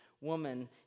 woman